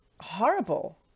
Horrible